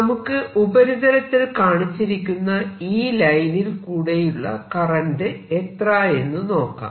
നമുക്ക് ഉപരിതലത്തിൽ കാണിച്ചിരിക്കുന്ന ഈ ലൈനിൽ കൂടിയുള്ള കറന്റ് എത്ര എന്ന് നോക്കാം